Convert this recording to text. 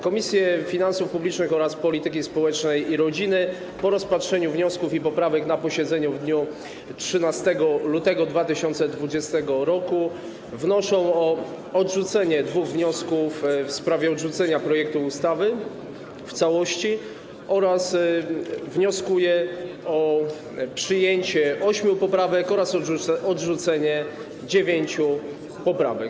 Komisje: Finansów Publicznych oraz Polityki Społecznej i Rodziny po rozpatrzeniu wniosków i poprawek na posiedzeniu w dniu 13 lutego 2020 r. wnoszą o odrzucenie dwóch wniosków w sprawie odrzucenia projektu ustawy w całości oraz wnioskują o przyjęcie ośmiu poprawek oraz odrzucenie dziewięciu poprawek.